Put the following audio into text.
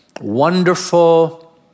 wonderful